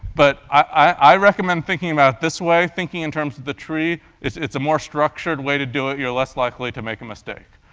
but i recommend thinking about it this way, thinking in terms of the tree. it's it's a more structured way to do it, you're less likely to make a mistake.